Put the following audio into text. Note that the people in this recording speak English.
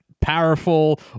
powerful